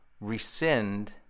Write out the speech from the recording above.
rescind